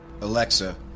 Alexa